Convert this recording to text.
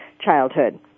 childhood